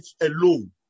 alone